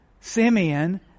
Simeon